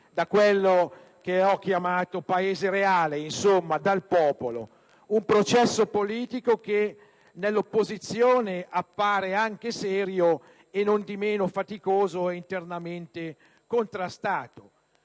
da quello che ho definito Paese reale, insomma dal popolo; è un processo politico che nell'opposizione appare anche serio e nondimeno faticoso e internamente contrastato.